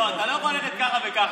לא, אתה לא יכול ללכת ככה וככה.